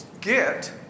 get